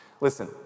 Listen